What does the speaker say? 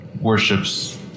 worships